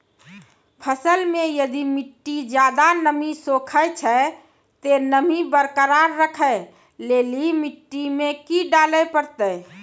फसल मे यदि मिट्टी ज्यादा नमी सोखे छै ते नमी बरकरार रखे लेली मिट्टी मे की डाले परतै?